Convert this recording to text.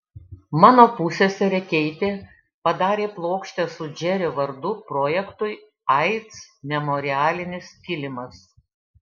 mano pusseserė keitė padarė plokštę su džerio vardu projektui aids memorialinis kilimas